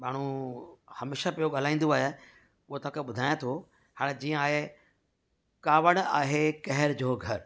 माण्हू हमेशह पियो ॻाल्हाईंदो आहे हूअ तव्हांखे ॿुधायां थो हाणे जीअं आहे कावड़ आहे कहर जो घरु